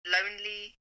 lonely